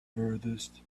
furthest